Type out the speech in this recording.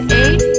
eight